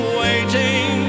waiting